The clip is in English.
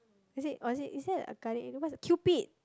is it or is it is there a guardian angel what is that ah Cupid